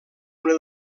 una